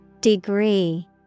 Degree